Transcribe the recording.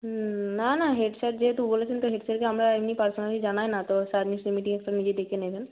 হুম না না হেডস্যার যেহেতু বলেছেন তাই হেডস্যারকে আমরা এমনি পার্সোনালি জানাই না তো স্যার নিশ্চই মিটিং একটা নিজেই ডেকে নেবেন